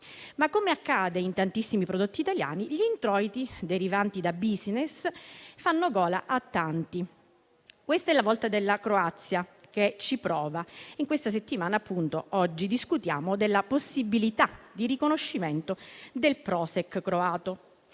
Come accade per tantissimi prodotti italiani, però, gli introiti derivanti da *business* fanno gola a tanti. Questa è la volta della Croazia, che ci prova. In questa settimana discutiamo infatti della possibilità di riconoscimento del *Prošek* croato.